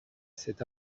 cet